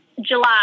July